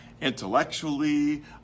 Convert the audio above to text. intellectually